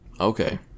Okay